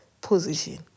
position